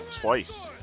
twice